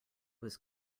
was